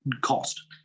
cost